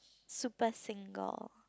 super single